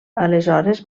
aleshores